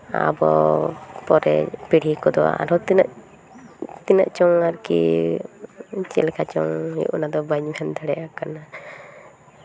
ᱟᱵᱚ ᱯᱚᱨᱮ ᱯᱤᱲᱦᱤ ᱠᱚᱫᱚ ᱟᱨᱚ ᱛᱤᱱᱟᱹᱜ ᱛᱤᱱᱟᱹᱜ ᱪᱚᱝ ᱟᱨᱠᱤ ᱪᱮᱫ ᱞᱮᱠᱟ ᱪᱚᱝ ᱦᱩᱭᱩᱜ ᱚᱱᱟ ᱫᱚ ᱵᱟᱹᱧ ᱵᱩᱡᱽ ᱫᱟᱲᱮᱭᱟᱜ ᱠᱟᱱᱟ